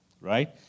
right